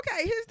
Okay